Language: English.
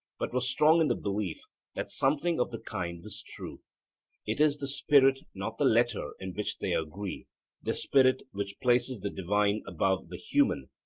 but was strong in the belief that something of the kind was true it is the spirit, not the letter, in which they agree the spirit which places the divine above the human,